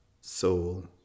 soul